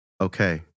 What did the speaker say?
Okay